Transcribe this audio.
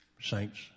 saints